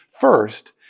First